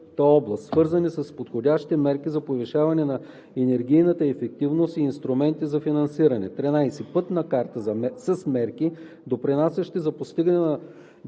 област, свързани с подходящи мерки за повишаване на енергийната ефективност и инструменти за финансиране; 13. пътна карта с мерки, допринасящи за постигане на